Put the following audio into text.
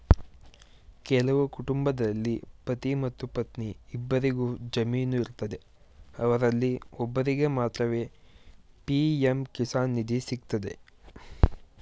ಕೆಲವು ಕುಟುಂಬದಲ್ಲಿ ಪತಿ ಮತ್ತು ಪತ್ನಿ ಇಬ್ಬರಿಗು ಜಮೀನು ಇರ್ತದೆ ಅವರಲ್ಲಿ ಒಬ್ಬರಿಗೆ ಮಾತ್ರವೇ ಪಿ.ಎಂ ಕಿಸಾನ್ ನಿಧಿ ಸಿಗ್ತದೆ